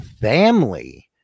family